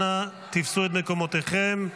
אנא תפסו את מקומותיכם.